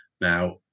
Now